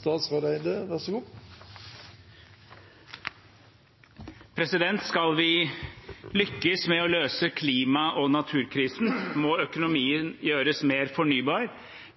statsråd Espen Barth Eide. Skal vi lykkes med å løse klima- og naturkrisen må økonomien gjøres mer fornybar,